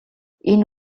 энэ